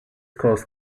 caused